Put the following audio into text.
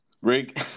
Rick